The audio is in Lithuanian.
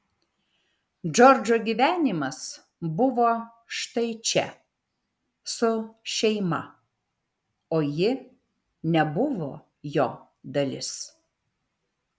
džordžo gyvenimas buvo štai čia su šeima o ji nebuvo jo dalis